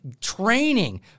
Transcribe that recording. training